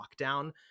lockdown